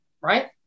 right